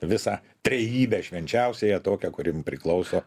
visą trejybę švenčiausiąją tokią kuri priklauso